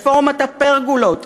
רפורמת הפרגולות,